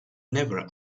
never